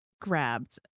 grabbed